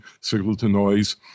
signal-to-noise